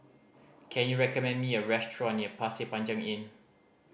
can you recommend me a restaurant near Pasir Panjang Inn